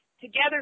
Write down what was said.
together